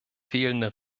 fehlender